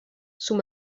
sous